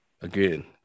Again